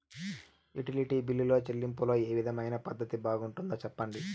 Utility బిల్లులో చెల్లింపులో ఏ విధమైన పద్దతి బాగుంటుందో సెప్పండి?